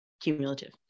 Cumulative